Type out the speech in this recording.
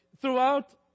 throughout